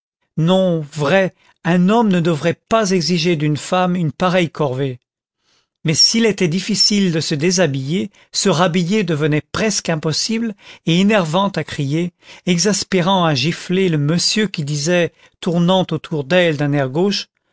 non vrai un homme ne devrait pas exiger d'une femme une pareille corvée mais s'il était difficile de se déshabiller se rhabiller devenait presque impossible et énervant à crier exaspérant à gifler le monsieur qui disait tournant autour d'elle d'un air gauche